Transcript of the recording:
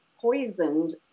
poisoned